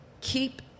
keep